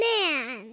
man